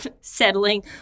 settling